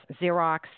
Xerox